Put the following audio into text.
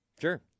Sure